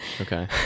Okay